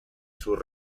sus